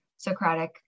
Socratic